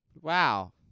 Wow